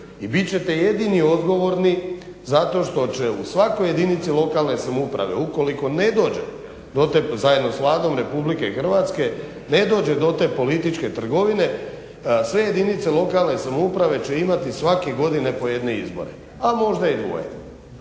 I bit ćete jedini odgovorni zato što će u svakoj jedinici lokalne samouprave, ukoliko ne dođe, zajedno s Vladom Republike Hrvatske, ne dođe to te političke trgovine, sve jedinice lokalne samouprave će imati svake godine po jedne izbore, a možda i dvoje.